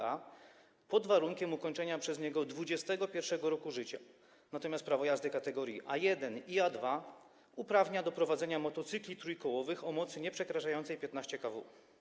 A pod warunkiem ukończenia przez niego 21. roku życia, natomiast prawo jazdy kategorii A1 i A2 uprawnia do prowadzenia motocykli trójkołowych o mocy nieprzekraczającej 15 kW.